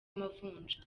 amavunja